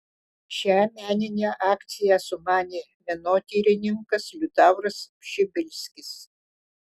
šią meninę akciją sumanė menotyrininkas liutauras pšibilskis